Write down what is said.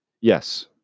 yes